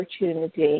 opportunity